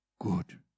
Good